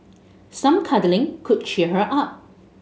some cuddling could cheer her up